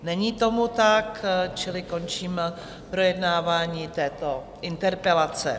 Není tomu tak, čili končím projednávání této interpelace.